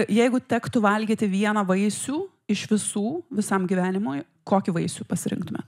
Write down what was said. jeigu tektų valgyti vieną vaisių iš visų visam gyvenimui kokį vaisių pasirinktume